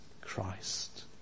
Christ